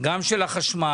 גם של החשמל,